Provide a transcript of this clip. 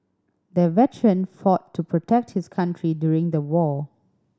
the veteran fought to protect his country during the war